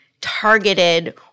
targeted